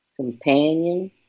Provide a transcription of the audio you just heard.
Companion